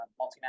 multinational